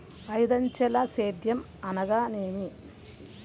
ఐదంచెల సేద్యం అనగా నేమి?